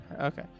Okay